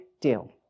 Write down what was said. deal